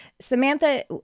Samantha